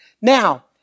Now